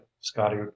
scotty